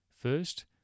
First